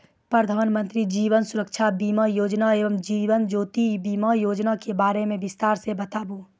प्रधान मंत्री जीवन सुरक्षा बीमा योजना एवं जीवन ज्योति बीमा योजना के बारे मे बिसतार से बताबू?